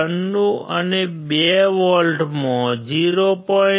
96 અને 2 વોલ્ટમાં 0